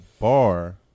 bar